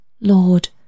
Lord